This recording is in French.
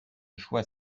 choix